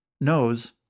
knows